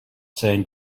saying